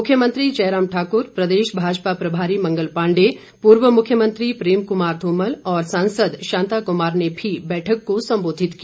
मुख्यमंत्री जयराम ठाकुर प्रदेश भाजपा प्रभारी मंगल पांडे पूर्व मुख्यमंत्री प्रेम कुमार धूमल और सांसद शांता कुमार ने भी बैठक को सम्बोधित किया